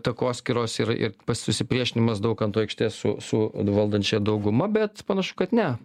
takoskyros ir ir susipriešinimas daukanto aikštės su su valdančiaja dauguma bet panašu kad ne